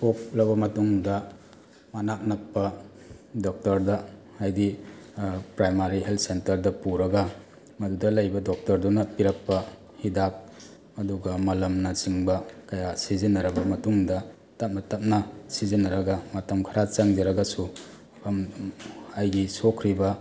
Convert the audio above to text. ꯄꯣꯛꯂꯕ ꯃꯇꯨꯡꯗ ꯃꯅꯥꯛ ꯅꯛꯄ ꯗꯣꯛꯇꯔꯗ ꯍꯥꯏꯗꯤ ꯄ꯭ꯔꯥꯏꯃꯥꯔꯤ ꯍꯦꯜꯊ ꯁꯦꯟꯇꯔꯗ ꯄꯨꯔꯒ ꯃꯗꯨꯗ ꯂꯩꯕ ꯗꯣꯛꯇꯔꯗꯨꯅ ꯄꯤꯔꯛꯄ ꯍꯤꯗꯥꯛ ꯑꯗꯨꯒ ꯃꯣꯂꯣꯝꯅꯆꯤꯡꯕ ꯀꯌꯥ ꯁꯤꯖꯤꯟꯅꯔꯕ ꯃꯇꯨꯡꯗ ꯇꯞꯅ ꯇꯞꯅ ꯁꯤꯖꯤꯟꯅꯔꯒ ꯃꯇꯝ ꯈꯔ ꯆꯪꯖꯔꯒꯁꯨ ꯃꯐꯝ ꯑꯩꯒꯤ ꯁꯣꯛꯈ꯭ꯔꯤꯕ